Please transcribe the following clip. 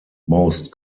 most